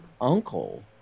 uncle